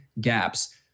gaps